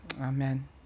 Amen